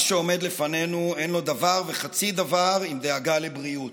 מה שעומד לפנינו אין לו דבר וחצי דבר עם דאגה לבריאות.